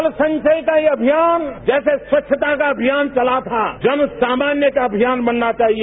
जल संचय का अभियान जैसे स्वच्छता का अभियान चला था जन स्वास्थ्य का अभियान बनना चाहिए